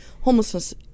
homelessness